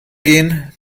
gehen